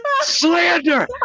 slander